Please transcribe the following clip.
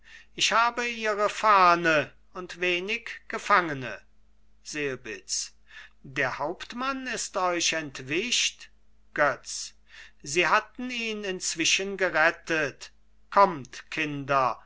ich habe ihre fahne und wenig gefangene selbitz der hauptmann ist euch entwischt götz sie hatten ihn inzwischen gerettet kommt kinder